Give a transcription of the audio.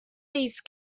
these